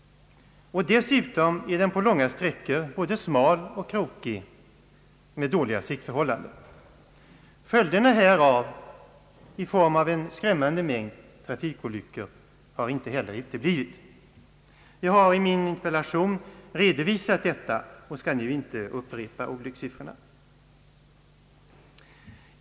Dessutom är den på långa sträckor både smal och krokig med dåliga siktförhållanden. Följderna härav, i form av en skrämmande mängd trafikolyckor, har inte heller uteblivit. Jag har i min interpellation redovisat detta och skall nu inte upprepa olyckssiffrorna.